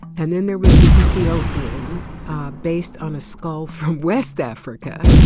and then there was the ethiopian based on a skull from west africa.